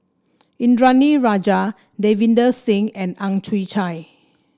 Indranee Rajah Davinder Singh and Ang Chwee Chai